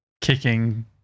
kicking